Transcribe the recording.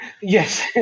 Yes